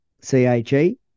C-H-E